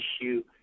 issue